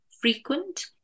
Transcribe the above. frequent